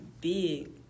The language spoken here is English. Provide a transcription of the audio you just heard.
big